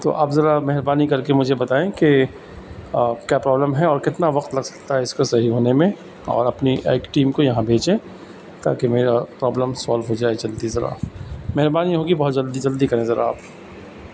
تو آپ ذرا مہربانی کر کے مجھے بتائیں کہ کیا پرابلم ہے اور کتنا وقت لگ سکتا ہے اس کو صحیح ہونے میں اور اپنی ایک ٹیم کو یہاں بھیجیں تاکہ میرا پرابلم سولو ہو جائے جلدی ذرا مہربانی ہوگی بہت جلدی جلدی کریں ذرا آپ